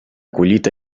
collita